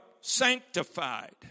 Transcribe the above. sanctified